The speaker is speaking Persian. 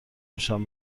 میشم